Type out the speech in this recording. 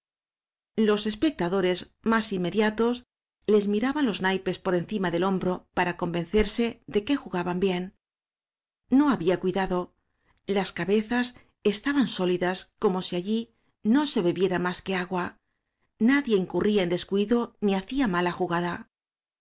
los espectadores más inmediatos les mi raban los naipes por encima del hombro para convencerse de que jugaban bien no había cuidado las cabezas estaban sólidas como si allí no se bebiera más que agua nedie incu rría en descuido ni hacía mala jugada